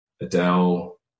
Adele